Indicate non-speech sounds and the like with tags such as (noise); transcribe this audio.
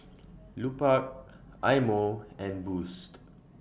(noise) Lupark Eye Mo and Boost